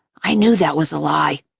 i knew that was a lie,